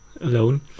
alone